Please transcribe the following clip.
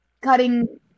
cutting